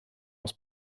aus